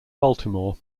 baltimore